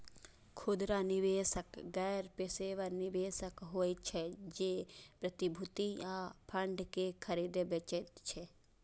खुदरा निवेशक गैर पेशेवर निवेशक होइ छै, जे प्रतिभूति आ फंड कें खरीदै बेचै छै